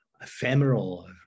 Ephemeral